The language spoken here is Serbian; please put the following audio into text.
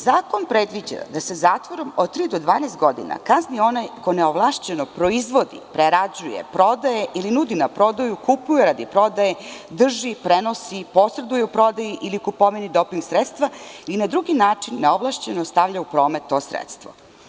Zakon predviđa da se zatvorom od tri do 12 godina kazni onaj ko ne ovlašćeno proizvodi, prerađuje, prodaje ili nudi na prodaju, kupuje radi prodaje, drži, prenosi, posreduje u prodaji ili kupovini doping sredstva i na drugi način neovlašćeno stavlja u promet to sredstvo.